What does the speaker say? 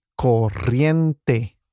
corriente